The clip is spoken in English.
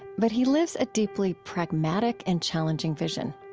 but he lives a deeply pragmatic and challenging vision.